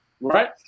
right